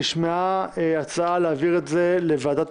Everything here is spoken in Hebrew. והצעת חוק התפזרות